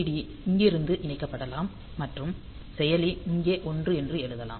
D இங்கிருந்து இணைக்கப்படலாம் மற்றும் செயலி இங்கே ஒன்று என்று எழுதலாம்